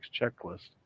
checklist